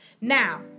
now